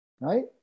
right